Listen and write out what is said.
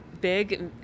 big